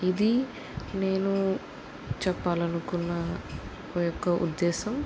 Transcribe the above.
ఇది నేను చెప్పాలనుకున్న ఆ యొక్క ఉద్దేశం